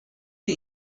die